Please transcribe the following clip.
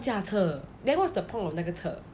ya but then 你不要驾车 then what's the point of 那个车